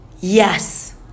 Yes